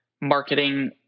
marketing